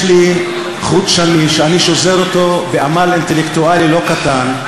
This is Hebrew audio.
יש לי חוט שני שאני שוזר אותו בעמל אינטלקטואלי לא קטן,